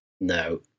no